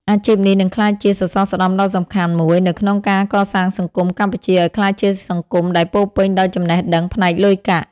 អាជីពនេះនឹងក្លាយជាសសរស្តម្ភដ៏សំខាន់មួយ នៅក្នុងការកសាងសង្គមកម្ពុជាឱ្យក្លាយជាសង្គមដែលពោរពេញដោយចំណេះដឹងផ្នែកលុយកាក់។